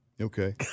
Okay